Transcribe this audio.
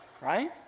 Right